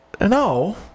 No